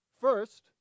First